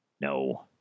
No